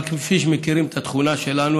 אבל כפי שאתם מכירים את התכונה שלנו,